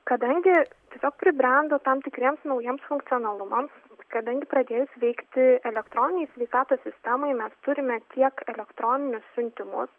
kadangi tiesiog pribrendo tam tikriems naujiems funkcionalumams kadangi pradėjus veikti elektroninei sveikatos sistemai mes turime tiek elektroninius siuntimus